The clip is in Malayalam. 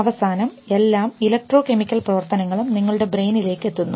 അവസാനം എല്ലാ ഇലക്ട്രോ കെമിക്കൽ പ്രവർത്തനങ്ങളും നിങ്ങളുടെ ബ്രെയിനിലേക്ക് എത്തുന്നു